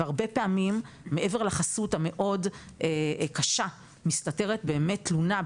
והרבה פעמים מעבר לחסות המאוד קשה מסתתרת באמת תלונה,